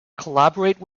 collaborate